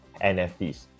NFTs